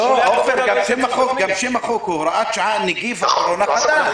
שיקולי ה --- גם שם החוק הוראת שעה נגיף הקורונה החדש.